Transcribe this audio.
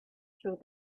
through